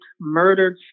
murdered